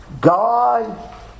God